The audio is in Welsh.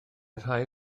rhai